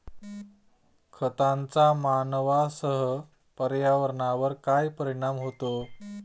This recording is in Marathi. खतांचा मानवांसह पर्यावरणावर काय परिणाम होतो?